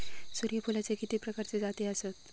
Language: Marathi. सूर्यफूलाचे किती प्रकारचे जाती आसत?